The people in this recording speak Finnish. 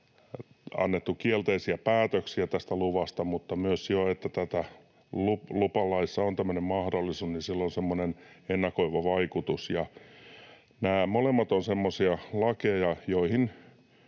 annettu kielteisiä päätöksiä tästä luvasta, mutta myös jo sillä, että lupalaissa on tämmöinen mahdollisuus, on semmoinen ennakoiva vaikutus. Nämä molemmat ovat semmoisia lakeja, että